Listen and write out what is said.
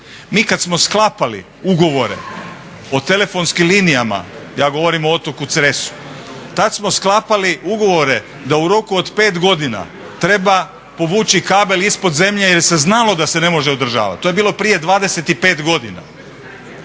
Mi kad smo sklapali ugovore o telefonskim linijama, ja govorim o otoku Cresu tad smo sklapali ugovore da u roku od 5 godina treba povući kabel ispod zemlje jer se znalo da se ne može održavati. To je bilo prije 25 godina.